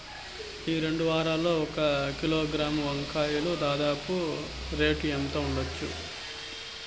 ఈ రెండు వారాల్లో ఒక కిలోగ్రాము వంకాయలు దాదాపు రేటు ఎంత ఉండచ్చు?